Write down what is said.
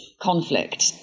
conflict